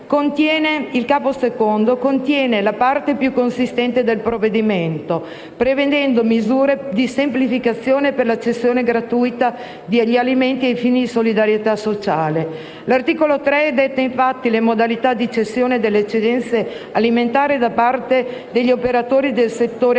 3 a 12, contiene la parte più consistente del provvedimento, prevedendo misure di semplificazione per la cessione gratuita degli alimenti a fini di solidarietà sociale. L'articolo 3 detta, infatti, le modalità di cessione delle eccedenze alimentari, da parte degli operatori del settore alimentare,